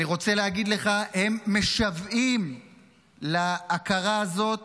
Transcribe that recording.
אני רוצה להגיד לך, הם משוועים להכרה הזאת